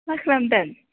मा खालामदों